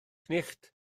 cnicht